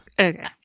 Okay